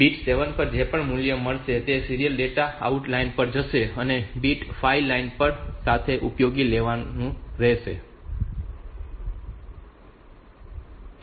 તેથી બીટ 7 પર જે પણ મૂલ્ય હશે તે સીરીયલ ડેટા આઉટ લાઇન પર જશે અને બીટ 5 SIM લાઇન સાથે ઉપયોગમાં લેવાશે નહીં